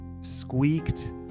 squeaked